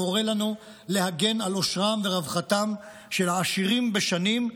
המורה לנו להגן על עושרם ורווחתם של העשירים בשנים,